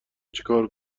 چیکار